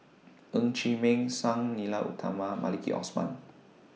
Ng Chee Meng Sang Nila Utama and Maliki Osman